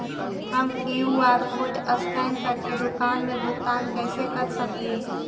हम QR code scan करके दुकान में भुगतान कैसे कर सकली हे?